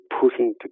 putting